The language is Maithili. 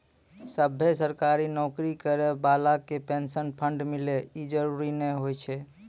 सभ्भे सरकारी नौकरी करै बाला के पेंशन फंड मिले इ जरुरी नै होय छै